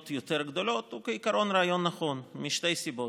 יותר גדולות הוא רעיון נכון משתי סיבות: